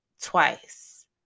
twice